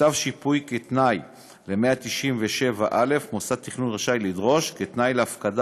כתב שיפוי כתנאי ל-197(א) מוסד תכנון רשאי לדרוש כתנאי להפקדה